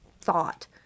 thought